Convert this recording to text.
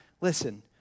listen